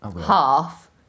half